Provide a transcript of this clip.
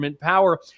power